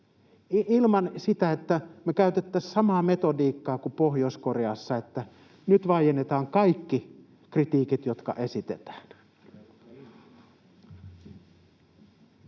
ilman, että käytettäisiin samaa metodiikkaa kuin Pohjois-Koreassa, että nyt vaiennetaan kaikki kritiikit, jotka esitetään.